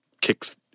kicks